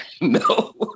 No